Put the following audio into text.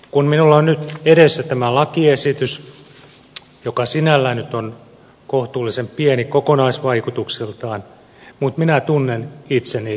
kun minulla on nyt edessä tämä lakiesitys joka sinällään nyt on kohtuullisen pieni kokonaisvaikutuksiltaan minä tunnen itseni totaalisesti huijatuksi